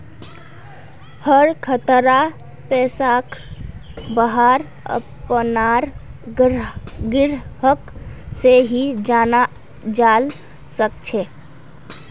हर खातार पैसाक वहार अपनार ग्राहक से ही जाना जाल सकछे